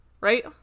Right